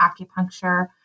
acupuncture